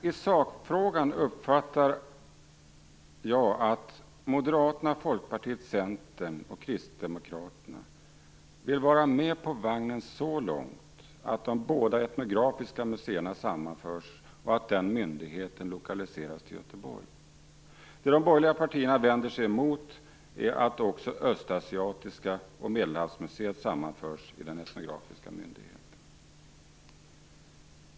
I sakfrågan uppfattar jag dock att Moderaterna, Folkpartiet, Centern och Kristdemokraterna vill vara med på vagnen så långt att de båda etnografiska museerna sammanförs och att den myndigheten lokaliseras till Göteborg. Det de borgerliga partierna vänder sig emot, är att också Östasiatiska museet och Medelhavsmuseet sammanförs i den etnografiska myndigheten.